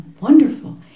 wonderful